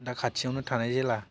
दा खाथियावनो थानाय जेला